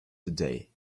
today